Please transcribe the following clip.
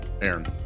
Aaron